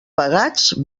pagats